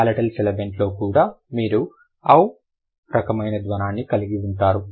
palatal సిబిలెంట్లో కూడా మీరు au రకమైన ధ్వనిని కలిగి ఉంటారు